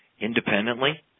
independently